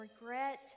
regret